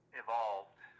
evolved